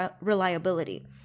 reliability